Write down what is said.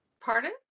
Pardon